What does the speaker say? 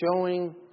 showing